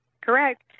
Correct